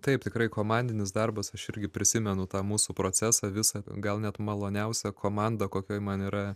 taip tikrai komandinis darbas aš irgi prisimenu tą mūsų procesą visą gal net maloniausia komanda kokioj man yra